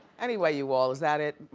anyway, you all, is that it?